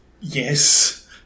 yes